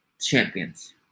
champions